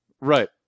Right